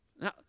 Now